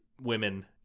women